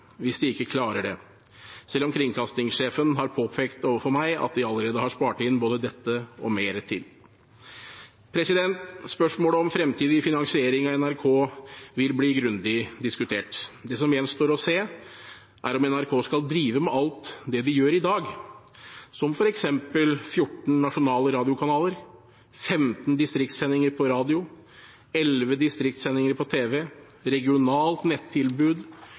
hvis de ikke klarer det, selv om kringkastingssjefen har påpekt overfor meg at de allerede har spart inn dette og mer til. Spørsmålet om fremtidig finansiering av NRK vil bli grundig diskutert. Det som gjenstår å se, er om NRK skal drive med alt det de gjør i dag – som f.eks. 14 nasjonale radiokanaler, 15 distriktssendinger på radio, 11 distriktssendinger på tv, regionalt nettilbud,